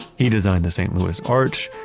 he designed the st. louis arch,